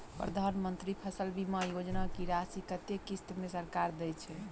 प्रधानमंत्री फसल बीमा योजना की राशि कत्ते किस्त मे सरकार देय छै?